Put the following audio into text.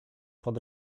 pod